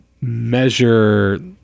measure